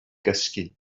gysgu